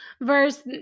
verse